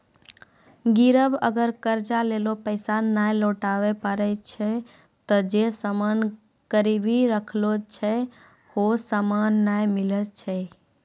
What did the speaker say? गिरब अगर कर्जा लेलो पैसा नै लौटाबै पारै छै ते जे सामान गिरबी राखलो छै हौ सामन नै मिलै छै